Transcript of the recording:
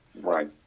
right